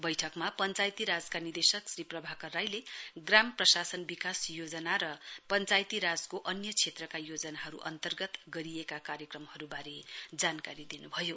बैठकमा पञ्चायती राजका निदेशक श्री प्रभाकर राईले ग्राम प्रशासन विकास योजना र पञ्चायती राजको अन्य क्षेत्रका योजनाहरु अन्तर्गत गरिएका कार्यक्रमहरुवारे जानकारी दिनुभयो